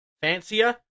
fancier